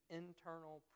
internal